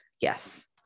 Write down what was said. Yes